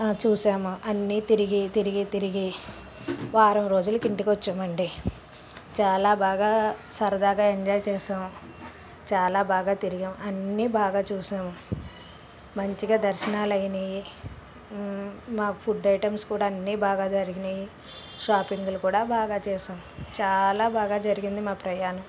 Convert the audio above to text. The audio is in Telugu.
చూశాము అన్నీ తిరిగి తిరిగి తిరిగి వారం రోజులకి ఇంటికి వచ్చాం అండి చాలా బాగా సరదాగా ఎంజాయ్ చేసాము చాలా బాగా తిరిగాం అన్నీ బాగా చూసాము మంచిగా దర్శనాలు అయినాయి మాకు ఫుడ్ ఐటమ్స్ కూడా అన్ని బాగా జరిగినాయి షాపింగులు కూడా బాగా చేసాం చాలా బాగా జరిగింది మా ప్రయాణం